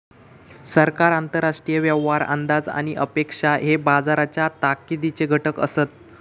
सरकार, आंतरराष्ट्रीय व्यवहार, अंदाज आणि अपेक्षा हे बाजाराच्या ताकदीचे घटक असत